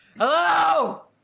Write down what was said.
Hello